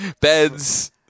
Beds